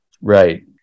Right